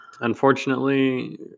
Unfortunately